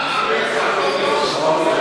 גברתי היושבת-ראש, כבוד השר, חברי